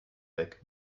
weg